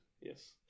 Yes